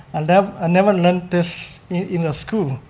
and ah never learned this in ah school.